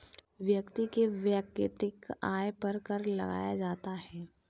व्यक्ति के वैयक्तिक आय पर कर लगाया जाता है